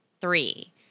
Three